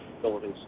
facilities